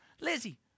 Lizzie